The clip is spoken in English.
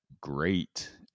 great